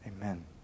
Amen